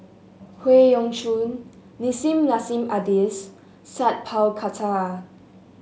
Howe Yoon Chong Nissim Nassim Adis Sat Pal Khattar